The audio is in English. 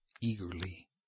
eagerly